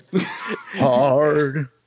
Hard